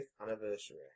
anniversary